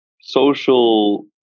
Social